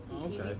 Okay